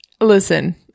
listen